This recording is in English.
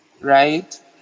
right